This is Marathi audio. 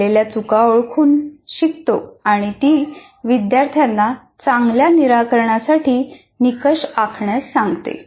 आपण केलेल्या चुका ओळखून शिकतो आणि ती विद्यार्थ्यांना चांगल्या निराकरणासाठी निकष आखण्यास सांगते